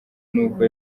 n’uko